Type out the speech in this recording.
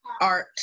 art